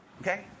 Okay